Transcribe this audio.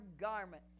garment